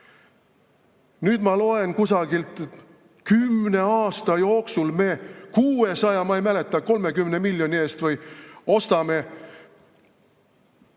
ma loen kusagilt: kümne aasta jooksul me 600, ma ei mäleta, 30 miljoni eest või, ostame